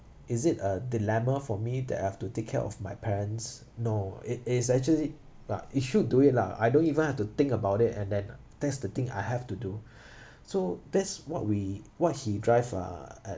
is it a dilemma for me that I have to take care of my parents no it is actually but it should do it lah I don't even have to think about it and then that's the thing I have to do so that's what we what he drive uh at